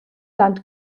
land